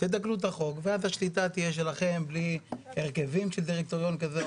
תתקנו את החוק ואז השליטה תהיה שלכם בלי הרכבים של דירקטוריון כזה,